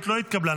התקבלה.